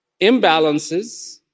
imbalances